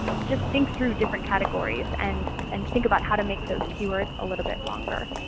just think through different categories and and think about how to make those keywords a little bit longer.